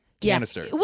canister